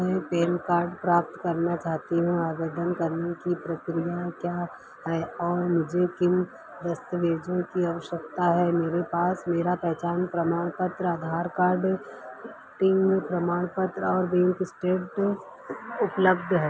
मैं PAN card प्राप्त करना चाहती हूँ आवेदन करने की प्रक्रिया क्या हैं और मुझे किन दस्तवेज़ों की आवश्यकता है मेरे पास मेरा पहचान प्रमाण पत्र आधार कार्ड पिन प्रमाणपत्र और बैंक स्टेटमेंट उपलब्ध है